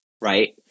right